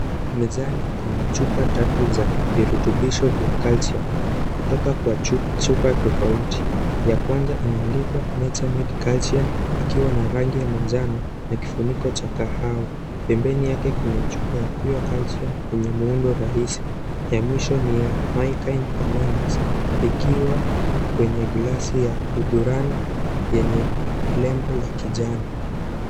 Mezani, kuna chupa tatu za virutubisho vya calcium. Kutoka kwa chu., chupa tofauti. Ya kwanza imeandikwa nature made calcium ,ikiwa na rangi ya manjano na kifuniko cha kahawa. Pembeni yake kuna chupa ya pure calcium yenye muundo rahisi. Ya mwisho ni ya my kind organics .Ikiwa kwenye glass ya hudhurani, yenye nembo ya kijani